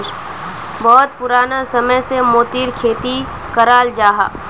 बहुत पुराना समय से मोतिर खेती कराल जाहा